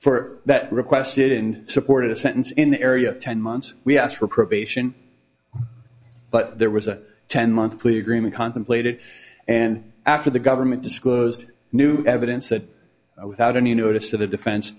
for that requested and supported a sentence in the area ten months we asked for probation but there was a ten month plea agreement contemplated and after the government disclosed new evidence that without any notice to the defense